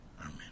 Amen